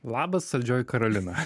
labas saldžioji karolina